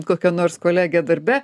kokia nors kolegė darbe